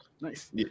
Nice